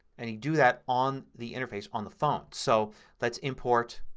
and you do that on the interface on the phone. so let's import